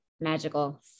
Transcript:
magical